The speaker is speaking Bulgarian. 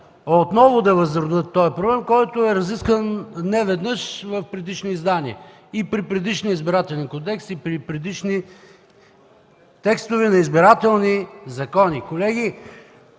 отново да възродят този проблем, който е разискван не веднъж в предишни издания – и при предишния Избирателен кодекс, и при предишни текстове на избирателни закони. Колеги,